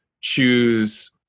choose